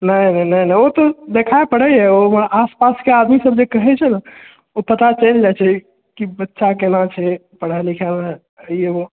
नहि नहि नहि नहि ओ तऽ देखाइ पड़ैए ओ आसपासके आदमी सब जे कहै छै ने ओ पता चलि जाइ छै की बच्चा केना छै पढ़ाइ लिखाइमे ई ओ